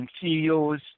CEOs